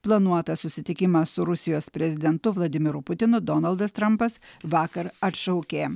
planuotą susitikimą su rusijos prezidentu vladimiru putinu donaldas trampas vakar atšaukė